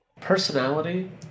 personality